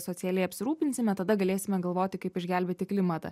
socialiai apsirūpinsime tada galėsime galvoti kaip išgelbėti klimatą